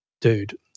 dude